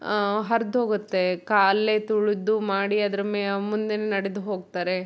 ಹರಿದೋಗುತ್ತೆ ಕಾಲ್ಲೇ ತುಳಿದು ಮಾಡಿ ಅದರ ಮೇ ಮುಂದೆ ನಡೆದು ಹೋಗ್ತಾರೆ